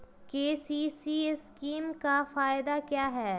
KCC scheme का फायदा क्या है?